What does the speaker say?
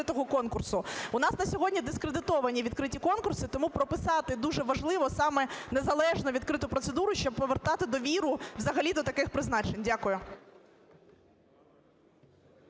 У нас на сьогодні дискредитовані відкриті конкурси, тому прописати дуже важливо, саме незалежну відкриту процедуру, щоб повертати довіру взагалі до таких призначень. Дякую.